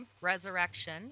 Resurrection